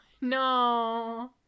no